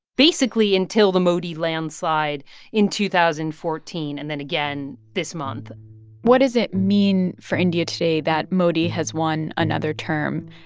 basically until the modi landslide in two thousand and fourteen and then again this month what does it mean for india today that modi has won another term?